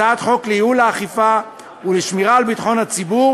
הצעת חוק לייעול האכיפה ולשמירה על ביטחון הציבור